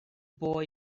boy